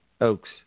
Oaks